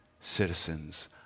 citizens